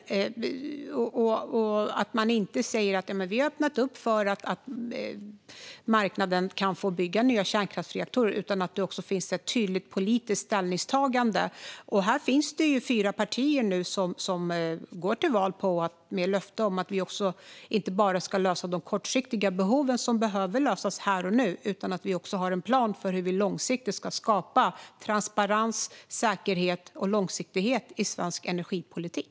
Det gäller att man inte bara säger att vi har öppnat för att marknaden kan få bygga nya kärnkraftreaktorer utan att det också finns ett tydligt politiskt ställningstagande. Här finns det nu fyra partier som går till val med löfte om att vi inte bara ska lösa de kortsiktiga behoven som behöver lösas här och nu. Vi har också en plan för hur vi långsiktigt ska skapa transparens, säkerhet och långsiktighet i svensk energipolitik.